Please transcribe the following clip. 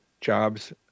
jobs